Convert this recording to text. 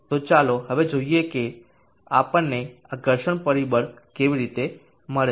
તો ચાલો હવે જોઈએ કે આપણને આ ઘર્ષણ પરિબળ કેવી રીતે મળે છે